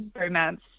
romance